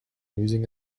using